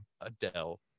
Adele